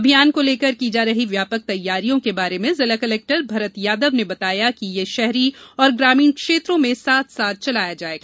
अभियान को लेकर की जा रही व्यापक तैयारियों के बारे में जिला कलेक्टर भरत यादव ने बताया कि यह अभियान शहरी और ग्रामीण क्षेत्रों में साथ साथ चलाया जाएगा